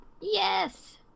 Yes